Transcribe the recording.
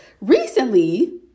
Recently